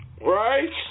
right